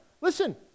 Listen